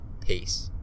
Peace